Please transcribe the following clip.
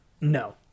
no